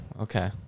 okay